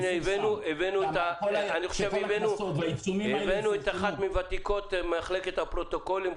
הבאנו את אחת מוותיקות מחלקת הפרוטוקולים,